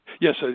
Yes